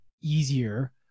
easier